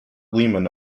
lehman